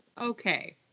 okay